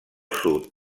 sud